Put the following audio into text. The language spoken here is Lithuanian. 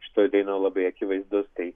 šitoj dainoj labai akivaizdus tai